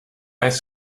ice